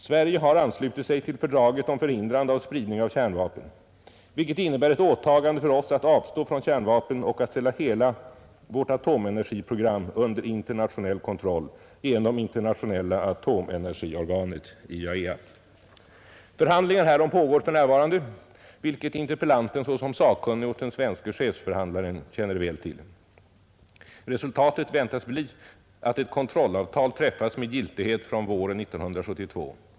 Sverige har anslutit sig till fördraget om förhindrande av spridning av kärnvapen, vilket innebär ett åtagande för oss att avstå från kärnvapen och att ställa hela vårt atomenergiprogram under internationell kontroll genom Internationella atomenergiorganet . Förhandlingar härom pågår för närvarande, vilket interpellanten såsom sakkunnig åt den svenske chefsförhandlaren känner väl till. Resultatet väntas bli att ett kontrollavtal träffas med giltighet från våren 1972.